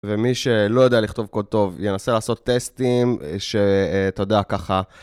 ומי שלא יודע לכתוב קוד טוב, ינסה לעשות טסטים שאתה יודע ככה.